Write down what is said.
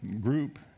group